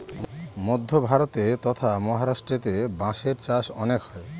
মধ্য ভারতে ট্বতথা মহারাষ্ট্রেতে বাঁশের চাষ অনেক হয়